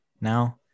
now